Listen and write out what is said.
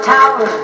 Tower